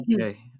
okay